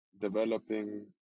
developing